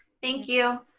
thank you,